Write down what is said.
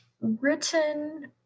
written